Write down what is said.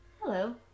Hello